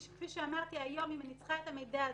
כפי שאמרתי, היום, אם אני צריכה את המידע הזה,